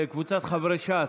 קבוצת חברי ש"ס: